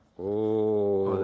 oh,